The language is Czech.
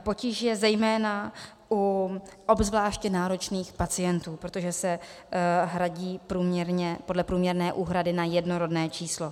Potíž je zejména u obzvláště náročných pacientů, protože se hradí podle průměrné úhrady na jedno rodné číslo.